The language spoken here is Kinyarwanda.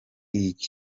iki